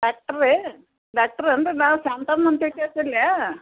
ಡಾಕ್ಟರೇ doctor ಏನು ರಿ ನಾನು ಶಾಂತಮ್ಮ ಅಂತ ಹೇಳಿ